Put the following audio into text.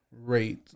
rate